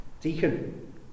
deacon